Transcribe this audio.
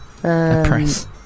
press